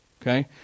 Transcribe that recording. Okay